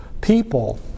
people